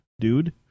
dude